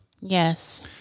Yes